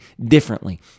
differently